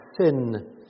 sin